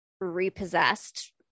repossessed